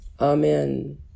amen